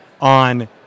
on